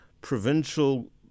Provincial